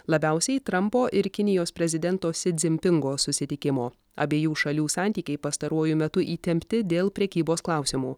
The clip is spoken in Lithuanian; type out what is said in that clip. labiausiai trampo ir kinijos prezidento si dzim pingo susitikimo abiejų šalių santykiai pastaruoju metu įtempti dėl prekybos klausimų